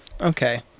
Okay